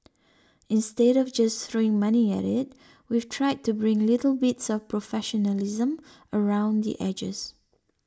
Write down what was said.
instead of just throwing money at it we've tried to bring little bits of professionalism around the edges